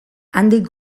handik